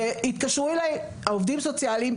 והתקשרו אליי עובדים סוציאליים,